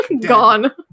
gone